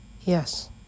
Yes